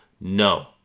No